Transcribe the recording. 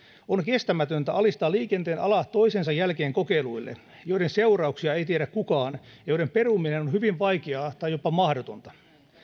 on kestämätöntä alistaa liikenteen ala toisensa jälkeen kokeiluille joiden seurauksia ei tiedä kukaan ja joiden peruminen on hyvin vaikeaa tai jopa mahdotonta